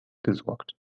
gesorgt